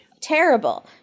terrible